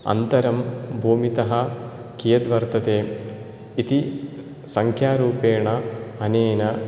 अन्तरं भूमितः कियत् वर्तते इति सख्यारूपेण अनेन